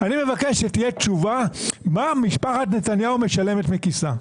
אני מבקש שתהיה תשובה מה משפחת נתניהו משלמת מכיסה.